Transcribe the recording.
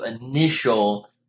initial